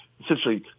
essentially